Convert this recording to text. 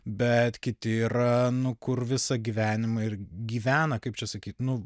bet kiti yra nu kur visą gyvenimą ir gyvena kaip čia sakyt nu